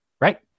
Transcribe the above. right